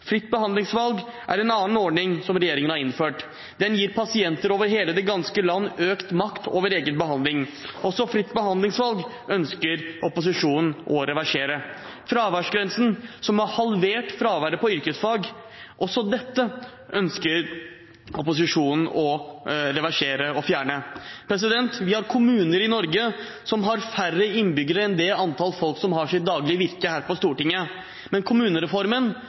Fritt behandlingsvalg er en annen ordning som regjeringen har innført. Den gir pasienter over det ganske land økt makt over egen behandling. Også fritt behandlingsvalg ønsker opposisjonen å reversere. Fraværsgrensen har halvert fraværet innen yrkesfag. Også dette ønsker opposisjonen å reversere. Vi har kommuner i Norge som har færre innbyggere enn det antall folk som har sitt daglige virke her på Stortinget, men kommunereformen